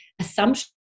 assumption